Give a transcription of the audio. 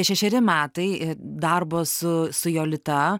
šešeri metai darbo su su jolita